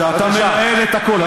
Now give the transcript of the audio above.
שאתה מנהל את הכול.